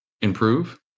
improve